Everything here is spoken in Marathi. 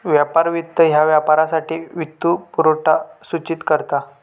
व्यापार वित्त ह्या व्यापारासाठी वित्तपुरवठा सूचित करता